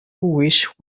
wish